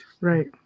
right